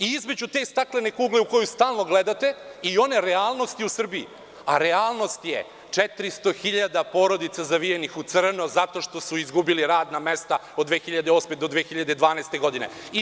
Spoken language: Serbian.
Između te staklene kugle u koju stalno gledate i one realnosti u Srbiji, a realnost je 400.000 porodica zavijenih u crno zato što su izgubili radna mesta od 2008. do 2012. godine